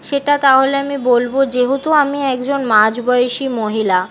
সেটা তাহলে আমি বলবো যেহতু আমি একজন মাঝ বয়সী মহিলা